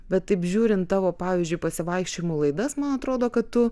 bet taip žiūrint tavo pavyzdžiui pasivaikščiojimų laidas man atrodo kad tu